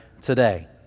today